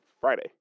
Friday